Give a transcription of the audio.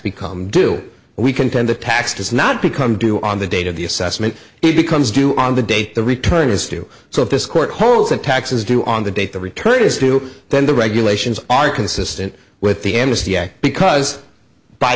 become do we contend the tax does not become due on the date of the assessment it becomes due on the date the return is two so if this court holds the taxes due on the date the return is true then the regulations are consistent with the embassy act because by